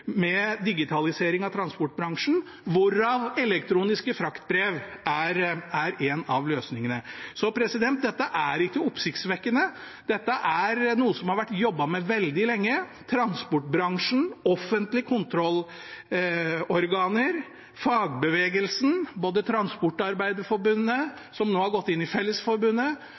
med digitalisering av transportbransjen, hvorav elektroniske fraktbrev er én av løsningene. Så dette er ikke oppsiktsvekkende, dette er noe som man har jobbet med veldig lenge. Transportbransjen, offentlige kontrollorganer, fagbevegelsen, både Transportarbeiderforbundet, som nå har gått inn i Fellesforbundet,